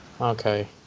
Okay